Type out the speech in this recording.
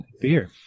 beer